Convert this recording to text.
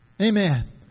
Amen